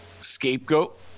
Scapegoat